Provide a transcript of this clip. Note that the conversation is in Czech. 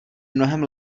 mnohem